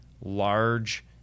large